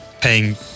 paying